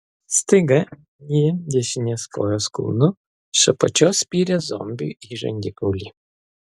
staiga ji dešinės kojos kulnu iš apačios spyrė zombiui į žandikaulį